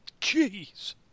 Jeez